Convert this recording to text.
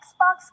Xbox